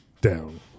down